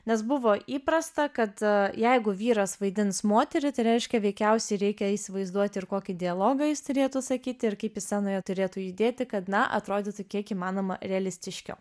nes buvo įprasta kad jeigu vyras vaidins moterį tai reiškia veikiausiai reikia įsivaizduoti ir kokį dialogą jis turėtų sakyti ir kaip scenoje turėtų judėti kad na atrodytų kiek įmanoma realistiškiau